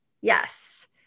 yes